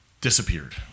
disappeared